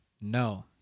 No